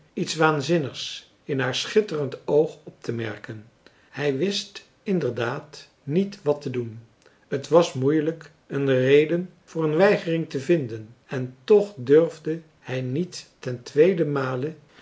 een drietal novellen in haar schitterend oog optemerken hij wist inder daad niet wat te doen het was moeielijk een reden voor een weigering te vinden en toch durfde hij niet ten